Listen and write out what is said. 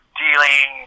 dealing